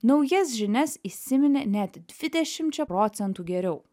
naujas žinias įsiminė net dvidešimčia procentų geriau